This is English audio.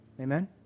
Amen